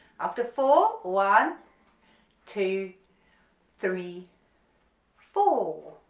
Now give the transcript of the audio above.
after four, one two three four